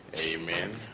Amen